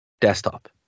desktop